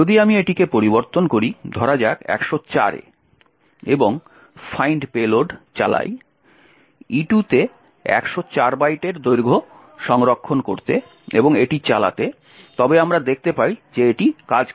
যদি আমি এটিকে পরিবর্তন করি ধরা যাক 104 এ এবং find payload চালাই E2 এ 104 বাইটের দৈর্ঘ্য সংরক্ষণ করতে এবং এটি চালাতে তবে আমরা দেখতে পাই যে এটি কাজ করে